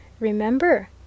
Remember